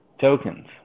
tokens